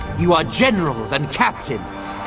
you are generals, and captains.